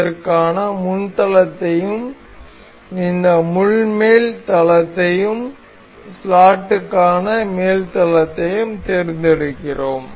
இதற்கான முன் தளத்தையும் இந்த முள் மேல் தளத்தையும் ஸ்லாட்டுக்கான மேல் தளத்தையும் தேர்ந்தெடுக்கிறோம்